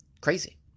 Crazy